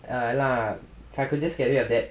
eh எல்லாம்:ellaam I will just get rid of that